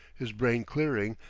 his brain clearing,